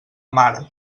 mar